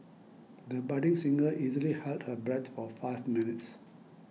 the budding singer easily held her breath for five minutes